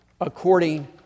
according